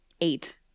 eight